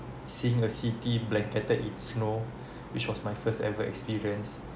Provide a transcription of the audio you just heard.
seeing a city blanketed in snow which was my first ever experience